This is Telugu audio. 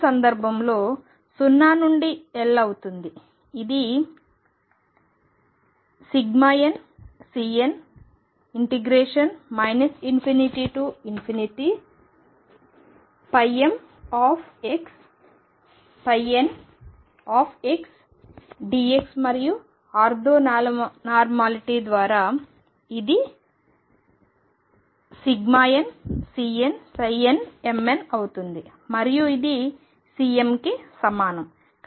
ఈ సందర్భంలో 0 నుండి L అవుతుంది ఇది nCn ∞mxndx మరియు ఆర్థో నార్మాలిటీ ద్వారా ఇది nCnmn అవుతుంది మరియు ఇది Cmకి సమానం